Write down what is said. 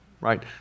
right